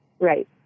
Right